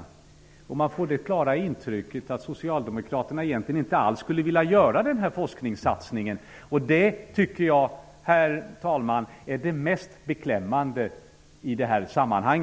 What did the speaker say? budgeten. Man får det klara intrycket att socialdemokraterna egentligen inte alls vill göra denna forskningssatsning.